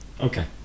Okay